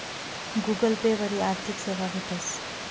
Google Pay वरी आर्थिक सेवा भेटस